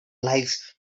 lives